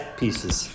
pieces